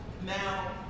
now